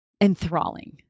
enthralling